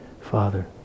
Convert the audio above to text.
Father